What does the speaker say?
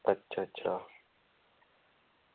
अच्छा अच्छा